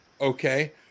okay